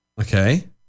Okay